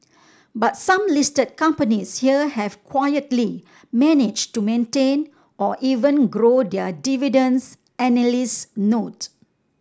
but some listed companies here have quietly managed to maintain or even grow their dividends analysts note